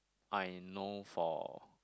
I know for